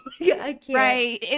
Right